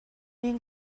این